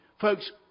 Folks